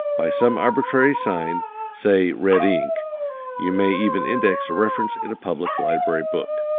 by some arbitrary sign say red ink you may even index a reference in a public library book.